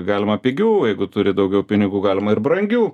galima pigių jeigu turi daugiau pinigų galima ir brangių